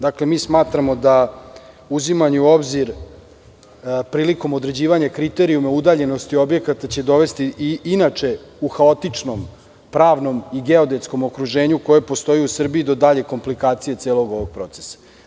Dakle, smatramo da uzimanje u obzir, prilikom određivanja kriterijuma udaljenosti objekata će dovesti, inače u haotičnom pravnom i geodetskom okruženju koje postoji u Srbiji, do dalje komplikacije celog ovog procesa.